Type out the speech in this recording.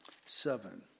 Seven